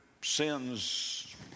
sins